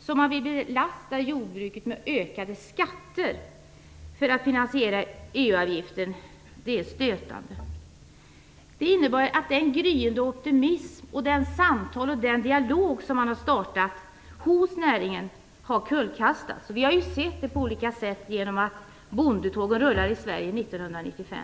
som man vill belasta jordbruket med ökade skatter för att finansiera EU-avgiften är stötande. Det innebär att den gryende optimism, de samtal och den dialog som man har startat hos näringen har kullkastats. Vi har sett det på olika sätt, bl.a. genom att bondetåg rullar i Sverige 1995.